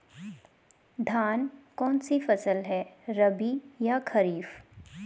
धान कौन सी फसल है रबी या खरीफ?